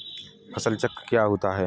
फसल चक्र क्या होता है?